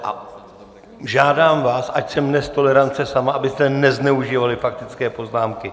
A žádám vás, ač jsem dnes tolerance sama, abyste nezneužívali faktické poznámky.